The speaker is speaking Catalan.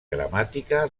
gramàtica